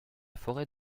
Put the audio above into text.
forêt